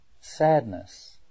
sadness